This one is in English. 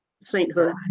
sainthood